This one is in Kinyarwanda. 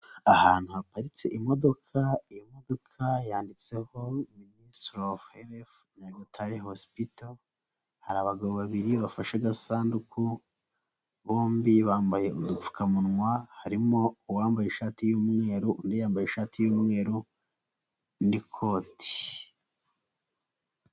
Ahantu haparitse imodoka, iyo modoka yanditseho minisitiri ofu helifu nyagatare hosipito, hari abagabo babiri bafashe agasanduku bombi bambaye udupfukamunwa, harimo uwambaye ishati y'umweru, undi yambaye ishati y'umweru n'ikoti.